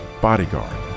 bodyguard